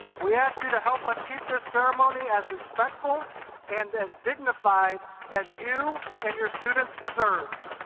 we ask you to help us keep this ceremony as respectful and as dignified as you and your students deserve.